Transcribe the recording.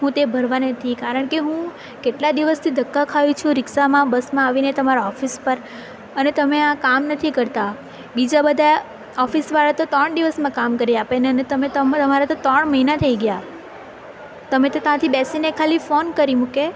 હું તે ભરવાની નથી કારણ કે હું કેટલા દિવસથી ધક્કા ખાવી છું રિક્ષામાં બસમાં આવીને તમારા ઓફિસ પર અને તમે આ કામ નથી કરતા બીજા બધા ઓફિસવાળા તો ત્રણ દિવસમાં કામ કરી આપેને તમે તમ તમારે તો ત્રણ મહિના થઈ ગયા તમે તો ત્યાંથી બેસીને ખાલી ફોન કરી મૂકે